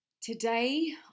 Today